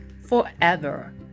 forever